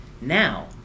Now